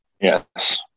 Yes